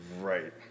Right